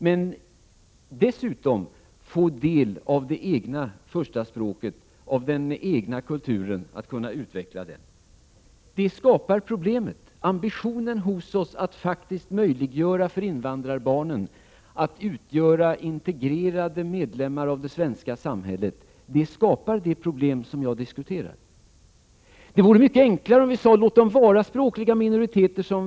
De skall dessutom få del av det egna första språket och av den egna kulturen och kunna utveckla den. Vår ambition att faktiskt möjliggöra för invandrarbarnen att utgöra integrerade medlemmar av det svenska samhället skapar de problem som jag diskuterar. Det vore mycket enklare om vi sade: Låt dem vara språkliga minoriteter.